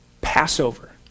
Passover